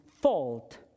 fault